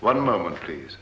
one moment please